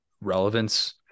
relevance